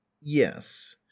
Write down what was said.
yes